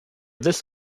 this